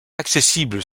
accessible